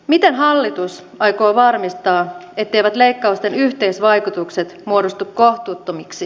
miten hallitus aikoo varmistaa etteivät leikkausten yhteisvaikutukset muodostu kohtuuttomiksi